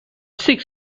six